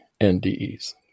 NDEs